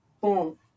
boom